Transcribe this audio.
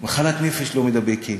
מחלת נפש לא מידבקת.